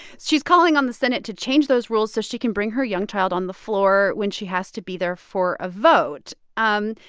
she's calling on the senate to change those rules so she can bring her young child on the floor when she has to be there for a vote. and,